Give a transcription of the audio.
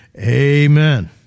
Amen